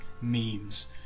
memes